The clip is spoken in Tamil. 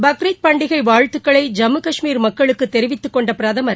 பக்ரித் பண்டிகை வாழ்த்துக்களை ஜம்மு காஷ்மீர் மக்களுக்கு தெரிவித்துக்கொண்ட பிரதமர்